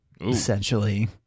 essentially